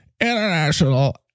International